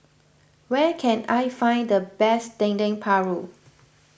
where can I find the best Dendeng Paru